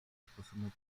sposobu